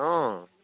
अ